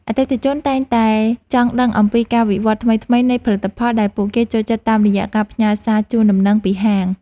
អតិថិជនតែងតែចង់ដឹងអំពីការវិវត្តថ្មីៗនៃផលិតផលដែលពួកគេចូលចិត្តតាមរយៈការផ្ញើសារជូនដំណឹងពីហាង។